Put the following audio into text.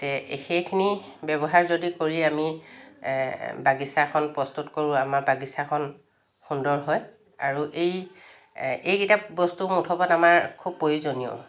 তে সেইখিনি ব্যৱহাৰ যদি কৰি আমি বাগিচাখন প্ৰস্তুত কৰোঁ আমাৰ বাগিচাখন সুন্দৰ হয় আৰু এই এইকেইটা বস্তু মুঠৰ ওপৰত আমাৰ খুব প্ৰয়োজনীয়